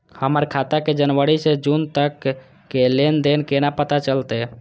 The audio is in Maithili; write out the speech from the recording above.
हमर खाता के जनवरी से जून तक के लेन देन केना पता चलते?